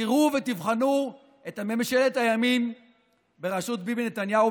תראו ותבחנו את ממשלת הימין בראשות ביבי נתניהו,